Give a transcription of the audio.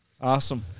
Awesome